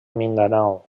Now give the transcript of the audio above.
mindanao